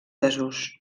desús